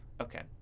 Okay